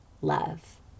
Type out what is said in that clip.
love